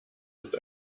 ist